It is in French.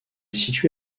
situé